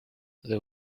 they